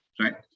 right